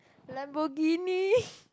Lamborghini